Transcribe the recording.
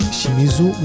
Shimizu